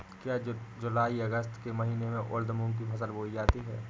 क्या जूलाई अगस्त के महीने में उर्द मूंग की फसल बोई जाती है?